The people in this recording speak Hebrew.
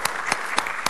כפיים)